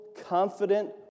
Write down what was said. confident